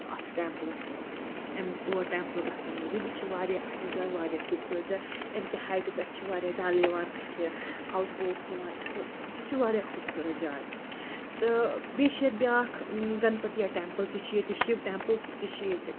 اَتھ ٹیمپٕلَس اَمہِ اور ٹیمپٕل گژھن موٗجوٗب یہِ چھُ واریاہ اَصٕل جاے واریاہ خوٗبصوٗرت جاے اَمہِ کہِ ہایٹہِ پٮ۪ٹھ چھِ واریاہ ڈَل یِوان اَتھِ ہاوُس بوٹٕس یِوان اَتھِ سُہ چھُ واریاہ خوٗبصوٗرت جاے تہٕ بیٚیہِ چھِ ییٚتہِ بیٛاکھ گَن پَتہٕ یَتھ ٹیمپٕل تہِ چھُ ییٚتہِ شِو ٹیمپٕل تہِ چھِ ییٚتہِ